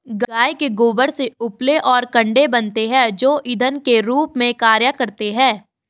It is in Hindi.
गाय के गोबर से उपले और कंडे बनते हैं जो इंधन के रूप में कार्य करते हैं